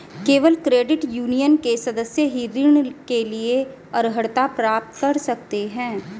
केवल credit union के सदस्य ही ऋण के लिए अर्हता प्राप्त कर सकते हैं